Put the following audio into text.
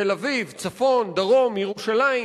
תל-אביב, צפון, דרום, ירושלים.